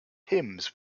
hymns